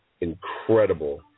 incredible